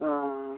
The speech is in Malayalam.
ആ